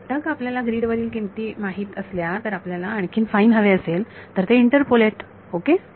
एकदा का आपल्याला ग्रीड वरील किमती माहित असल्या तर आपल्याला आणखीन फाईन हवे असेल तर ते इंटरपोलेट ओके